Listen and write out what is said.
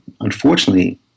unfortunately